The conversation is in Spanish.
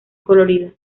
colorida